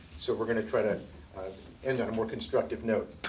so we're going to try to end on a more constructive note.